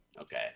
Okay